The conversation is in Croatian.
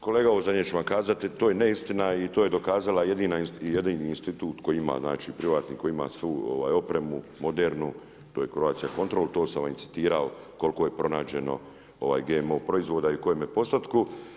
Kolega ovo zadnje ću vam kazati, to je neistina i to je dokazala jedini institut koji ima, privatni, koji ima svu opremu, modernu, to je Croatia control to sam i citirao koliko je pronađemo GMO proizvoda i u kojemu postotku.